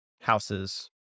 houses